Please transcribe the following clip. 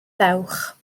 dewch